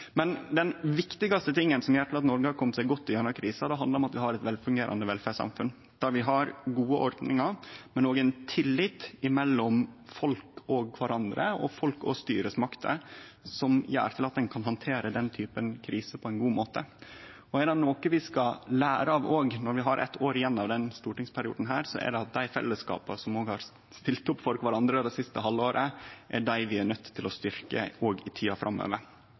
Men det viktigaste, som gjer at Noreg har kome seg godt igjennom krisa, handlar om at vi har eit velfungerande velferdssamfunn. Vi har gode ordningar, men òg ein tillit folk imellom, og mellom folk og styresmakter, som gjer at ein kan handtere denne typen kriser på ein god måte. Er det noko vi skal lære av dette når vi har eitt år igjen av denne stortingsperioden, er det at dei fellesskapa som har stilt opp for kvarandre det siste halvåret, er dei vi er nøydde til å styrkje òg i tida framover,